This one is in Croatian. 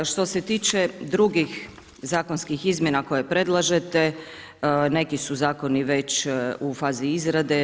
Što se tiče drugih zakonskih izmjena koje predlažete, neki su zakoni već u fazi izrade.